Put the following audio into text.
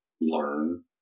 learn